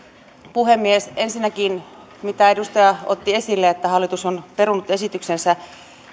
puhemies ensinnäkin se mitä edustaja otti esille että hallitus on perunut esityksensä